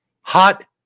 hot